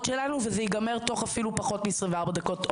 שלנו וזה יגמר תוך אפילו פחות מ-24 דקות.